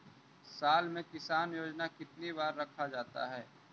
साल में किसान योजना कितनी बार रखा जाता है?